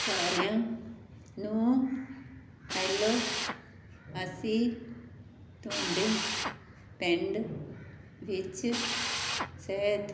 ਸਾਰਿਆਂ ਨੂੰ ਹੈਲੋ ਅਸੀਂ ਤੁਹਾਡੇ ਪਿੰਡ ਵਿੱਚ ਸਿਹਤ